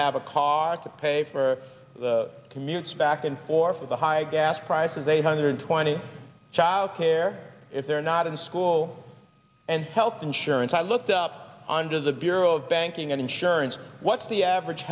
have a cause to pay for the commutes back and or for the high gas prices eight hundred twenty childcare if they're not in school and health insurance i looked up under the bureau of banking and insurance what's the average